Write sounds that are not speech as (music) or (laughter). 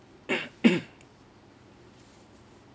(noise)